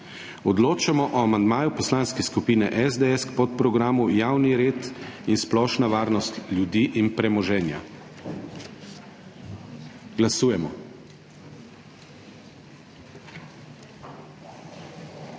Odločamo o amandmaju Poslanske skupine SDS k podprogramu Javni red in splošna varnost ljudi in premoženja. Glasujemo.